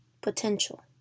potential